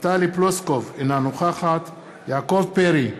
טלי פלוסקוב, אינה נוכחת יעקב פרי,